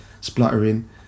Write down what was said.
spluttering